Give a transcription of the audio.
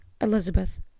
Elizabeth